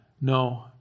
no